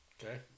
okay